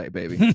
baby